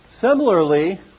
Similarly